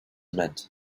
meant